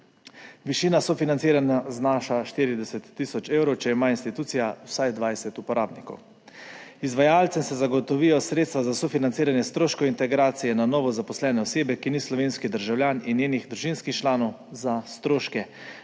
Višina sofinanciranja znaša 40 tisoč evrov, če ima institucija vsaj 20 uporabnikov. Izvajalcem se zagotovijo sredstva za sofinanciranje stroškov integracije na novo zaposlene osebe, ki ni slovenski državljan, in njenih družinskih članov za stroške,